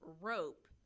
rope